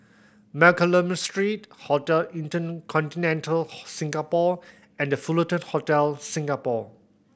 Mccallum Street Hotel InterContinental Singapore and The Fullerton Hotel Singapore